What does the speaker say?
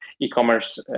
e-commerce